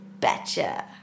betcha